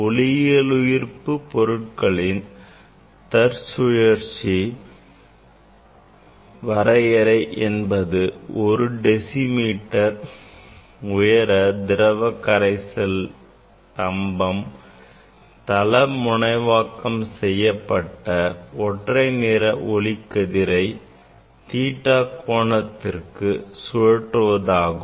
ஒளியியலுயிர்ப்பு பொருட்களின் தற்சுழற்சி வரையறை என்பது 1 decimeter உயர திரவ கரைசல் தம்பம் தள முனைவாக்கம் செய்யப்பட்ட ஒற்றை நிற ஒளிக்கதிரை theta கோணத்திற்கு சுழற்றுவதாகும்